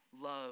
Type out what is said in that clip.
love